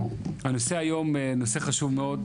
הנושא היום נושא חשוב מאוד,